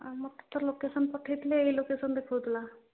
ଆଉ ମୋତେ ତ ଲୋକେସନ ପଠେଇଥିଲେ ଏଇ ଲୋକେସନ ଦେଖାଉଥିଲା